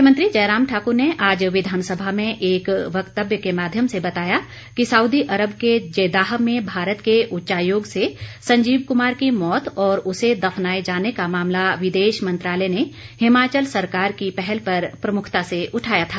मुख्यमंत्री जयराम ठाकुर ने आज विधानसभा में एक वक्तव्य के माध्यम से बताया कि सऊदी अरब के जेद्दाह में भारत के उच्चायोग से संजीव कुमार की मौत और उसे दफनाए जाने का मामला विदेश मंत्रालय ने हिमाचल सरकार की पहल पर प्रमुखता से उठाया था